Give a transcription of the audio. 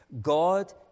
God